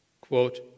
Quote